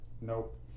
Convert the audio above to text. nope